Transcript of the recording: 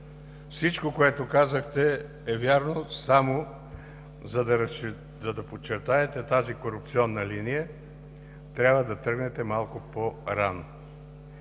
Всичко, което казахте, е вярно, само че за да подчертаете тази корупционна линия, трябва да тръгнете малко по-рано.